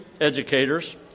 educators